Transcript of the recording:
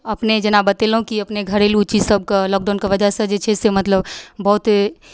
अपने जेना बतेलहुं की अपने घरेलू चीज सबके लॉकडाउनके वजहसँ जे छै से मतलब बहुत